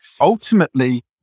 ultimately